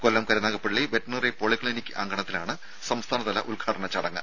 കൊല്ലം Karunagappally veterinary polyclinic അങ്കണത്തിലാണ് സംസ്ഥാനതല ഉദ്ഘാടന ചടങ്ങ്